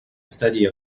study